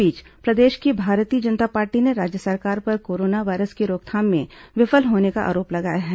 इस बीच प्रदेश की भारतीय जनता पार्टी ने राज्य सरकार पर कोरोना वायरस की रोकथाम में विफल होने का आरोप लगाया है